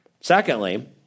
Secondly